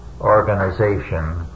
organization